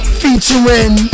featuring